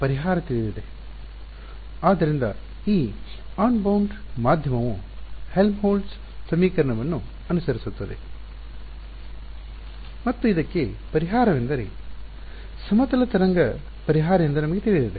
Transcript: ಆದ್ದರಿಂದ ಈ ಅನ್ಬೌಂಡ್ ಮಾಧ್ಯಮವು ಹೆಲ್ಮ್ಹೋಲ್ಟ್ಜ್ ಸಮೀಕರಣವನ್ನು ಅನುಸರಿಸುತ್ತದೆ ಮತ್ತು ಇದಕ್ಕೆ ಪರಿಹಾರವೆಂದರೆ ಸಮತಲ ತರಂಗ ಪರಿಹಾರ ಎಂದು ನಮಗೆ ತಿಳಿದಿದೆ